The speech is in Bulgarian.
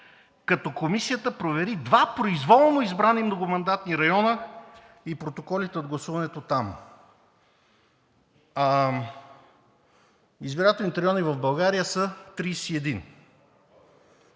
като Комисията провери два произволно избрани многомандатни района и протоколите от гласуването там. Избирателните райони в България са 31,